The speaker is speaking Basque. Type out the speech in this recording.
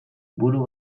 buru